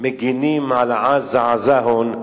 מגינים על עזה-עזהון,